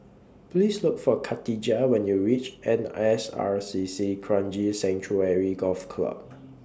Please Look For Kadijah when YOU REACH N S R C C Kranji Sanctuary Golf Club